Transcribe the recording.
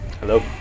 Hello